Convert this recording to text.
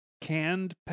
canned